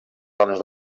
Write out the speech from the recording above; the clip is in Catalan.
zones